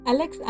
Alex